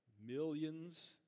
Millions